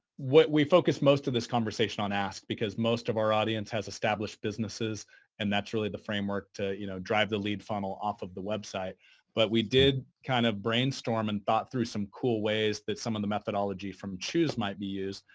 what we focus most of this conversation on ask because most of our audience has established businesses and that's really the framework, you know drive the lead funnel off of the website but we did kind of brainstorm and thought through some cool ways that some of the methodology from choose might be used.